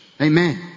Amen